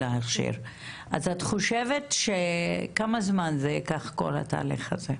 כמה זמן ייקח כל התהליך הזה?